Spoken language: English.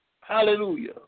hallelujah